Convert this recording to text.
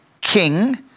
king